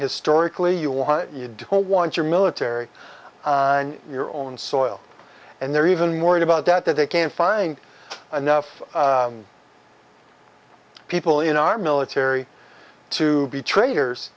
historically you want you don't want your military on your own soil and they're even worried about that that they can't find enough people in our military to be tra